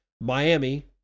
Miami